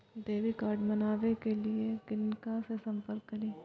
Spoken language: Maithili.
डैबिट कार्ड बनावे के लिए किनका से संपर्क करी?